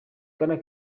bwana